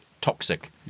toxic